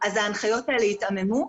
ההנחיות האלה התעממו,